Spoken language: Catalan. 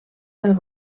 del